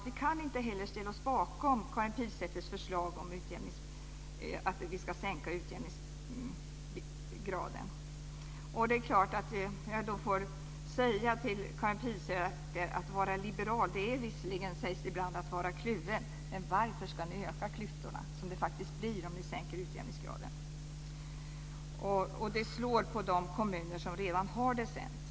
Vi kan inte heller ställa oss bakom Karin Pilsäters förslag om att utjämningsgraden ska minskas. Jag får väl då säga till Karin Pilsäter: Att vara liberal är visserligen, sägs det ibland, att vara kluven. Men varför ska ni öka klyftorna, vilket det faktiskt innebär om man skulle minska utjämningsgraden? Och det slår mot de kommuner som redan har det sämst.